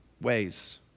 ways